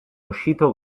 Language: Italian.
uscito